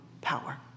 power